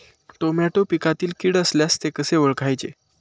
Tomato पिकातील कीड असल्यास ते कसे ओळखायचे?